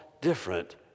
different